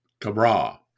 cabra